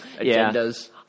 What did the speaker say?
agendas